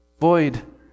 void